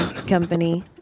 company